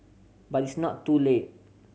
but it's not too late